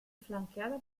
flanqueada